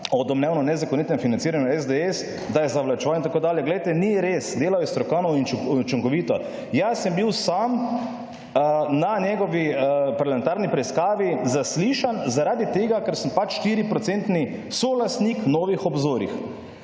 od domnevnem nezakonitem financiranju SDS, da je zavlačeval(?) in tako naprej. Glejte, ni res, delal je strokovno in učinkovito. Jaz sem bil sam na njegovi parlamentarni preiskavi zaslišan, zaradi tega, ker sem pač 4 procentni solastnik Novih obzorjih.